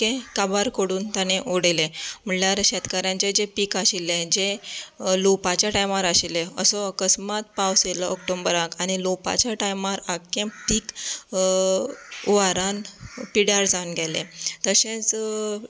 आख्खे काबार कोडून ताणें उडयलें म्हणल्यार शेतकाऱ्यांचे जे पीक आशिल्ले जे लुवपाच्या टायमार आशिल्ले असो अकस्मात पावस येयलो ऑक्टोबराक आनी लुवपाच्या टायमार आख्खें पीक हुंवारान पिड्यार जावन गेलें तशेंच